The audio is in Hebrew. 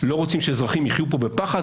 לא רוצים שאזרחים יחיו פה בפחד.